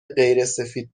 غیرسفید